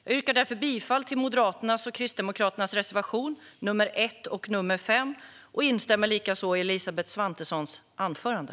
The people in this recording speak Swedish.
Jag yrkar därför bifall till Moderaternas och Kristdemokraternas reservationer nr 1 och 5. Jag instämmer också i Elisabeth Svantessons anförande.